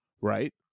Right